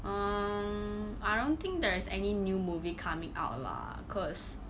um I don't think there is any new movie coming out lah cause